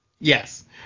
yes